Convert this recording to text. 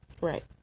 Right